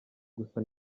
gusa